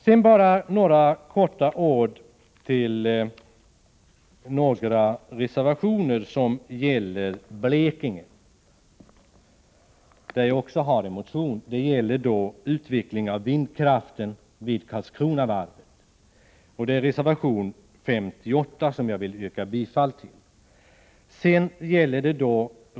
Jag vill bara säga några ord om de reservationer som gäller Blekinge. Jag har också avgivit en motion som berör detta område. Det gäller utvecklingen av vindkraften vid Karlskrona varv. Detta tas upp i reservation 58, som jag vill yrka bifall till.